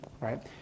right